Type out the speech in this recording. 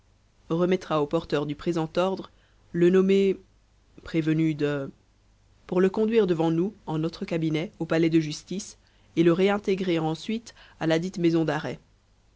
remettra au porteur du présent ordre le nommé prévenu de pour le conduire devant nous en notre cabinet au palais de justice et le réintégrer ensuite à ladite maison d'arrêt